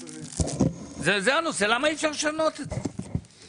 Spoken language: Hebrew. זה הנושא, למה אי אפשר לשנות את זה?